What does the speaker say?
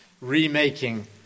remaking